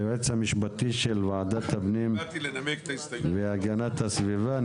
היועץ המשפטי של ועדת הפנים והגנת הסביבה.